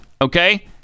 Okay